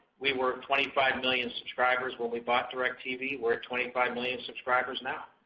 we were at twenty five million subscribers when we bought directv, we're at twenty five million subscribers now.